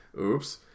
oops